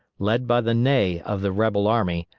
led by the ney of the rebel army,